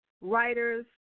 writers